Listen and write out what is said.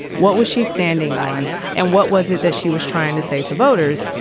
what was she standing on and what was it that she was trying to say to voters?